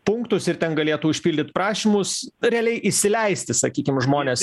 punktus ir ten galėtų užpildyt prašymus realiai įsileisti sakykim žmones